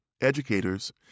educators